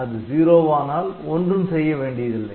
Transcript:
அது '0' வானால் ஒன்றும் செய்யவேண்டியதில்லை